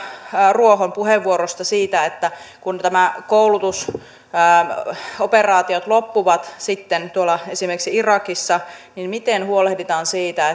ruohon puheenvuorosta siitä että kun nämä koulutusoperaatiot loppuvat sitten tuolla esimerkiksi irakissa niin miten huolehditaan siitä